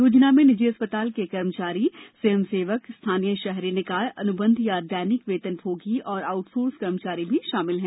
योजना में निजी अस्पताल के कर्मचारी सेवानिवृत्त स्वयंसेवक स्थानीय शहरी निकाय अनुबंध या दैनिक वेतनभोगी और आउटसोर्स कर्मचारी भी शामिल हैं